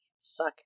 suck